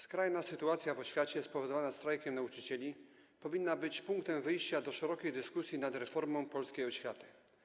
Skrajna sytuacja w oświacie spowodowana strajkiem nauczycieli powinna być punktem wyjścia do szerokiej dyskusji nad reformą polskiej oświaty.